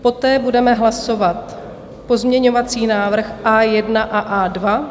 Poté budeme hlasovat pozměňovací návrh A1 a A2.